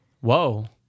Whoa